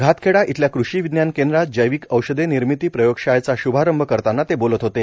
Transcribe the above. घातखेडा इथल्या कृषी विज्ञान केंद्रात जैविक औषधे निर्मिती प्रयोगशाळेचा श्भारंभ करताना ते बोलत होते